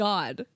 God